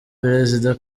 perezida